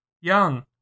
Young